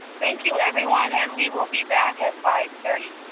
thank you everyone and we will be back at five thirty.